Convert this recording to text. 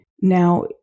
now